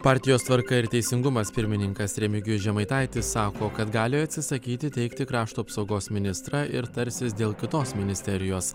partijos tvarka ir teisingumas pirmininkas remigijus žemaitaitis sako kad gali atsisakyti teikti krašto apsaugos ministrą ir tarsis dėl kitos ministerijos